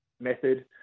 method